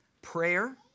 Prayer